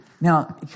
Now